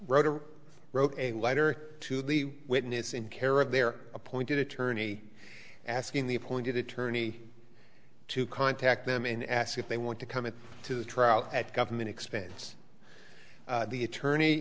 writer wrote a letter to the witness in care of their appointed attorney asking the appointed attorney to contact them and ask if they want to come in to the trial at government expense the attorney